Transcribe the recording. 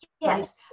Yes